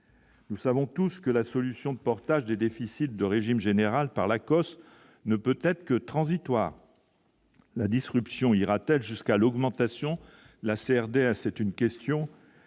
nous savons tous que la solution de portage des déficits de régime général par l'Acoss, ne peut être que transitoire la distribution ira-t-elle jusqu'à l'augmentation de la CRDS est une question